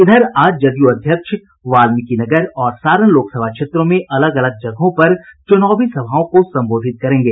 इधर आज जदयू अध्यक्ष वाल्मिकीनगर और सारण लोकसभा क्षेत्रों में अलग अलग जगहों पर चुनावी सभाओं को संबोधित करेंगे